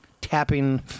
tapping